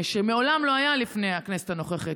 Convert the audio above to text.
שמעולם לא היה לפני הכנסת הנוכחית,